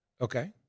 Okay